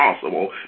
possible